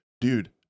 dude